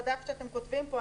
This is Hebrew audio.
בדף שאתם כותבים פה,